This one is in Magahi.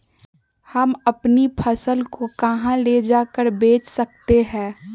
हम अपनी फसल को कहां ले जाकर बेच सकते हैं?